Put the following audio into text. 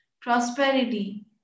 prosperity